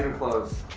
close.